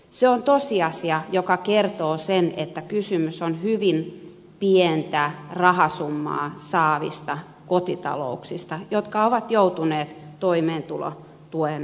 se on tosiasia joka kertoo sen että kysymys on hyvin pientä rahasummaa saavista kotitalouksista jotka ovat joutuneet toimeentulotuen varaan